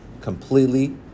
completely